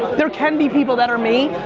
there can be people that are me.